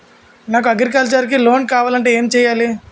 నాకు అగ్రికల్చర్ కి లోన్ కావాలంటే ఏం చేయాలి?